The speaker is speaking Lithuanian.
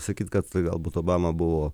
sakyti kad galbūt obama buvo